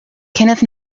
kenneth